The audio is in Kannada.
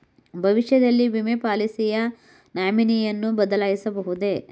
ಭವಿಷ್ಯದಲ್ಲಿ ವಿಮೆ ಪಾಲಿಸಿಯ ನಾಮಿನಿಯನ್ನು ಬದಲಾಯಿಸಬಹುದೇ?